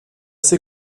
ces